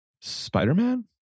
Spider-Man